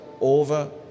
over